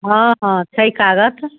हँ हँ छै कागज